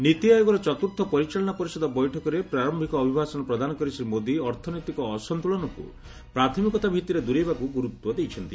ନୀତି ଆୟୋଗର ଚତୁର୍ଥ ପରିଚାଳନା ପରିଷଦ ବୈଠକରେ ପ୍ରାର ଅଭିଭାଷଣ ପ୍ରଦାନ କରି ଶ୍ରୀ ମୋଦି ଅର୍ଥନୈତିକ ଅସନ୍ତୁଳନକୁ ପ୍ରାଥମିକତା ଭିଭିରେ ଦୂରେଇବାକୁ ଗୁରୁତ୍ୱ ଦେଇଛନ୍ତି